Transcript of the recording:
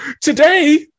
today